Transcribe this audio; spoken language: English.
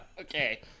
okay